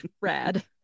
rad